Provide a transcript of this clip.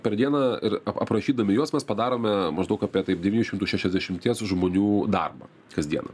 per dieną ir aprašydami juos mes padarome maždaug apie taip devynių šimtų šešiasdešimties žmonių darbą kasdiena